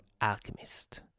alchemist